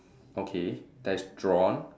okay that is drawn